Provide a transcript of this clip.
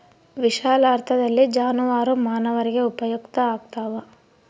ವಿಶಾಲಾರ್ಥದಲ್ಲಿ ಜಾನುವಾರು ಮಾನವರಿಗೆ ಉಪಯುಕ್ತ ಆಗ್ತಾವ